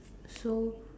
so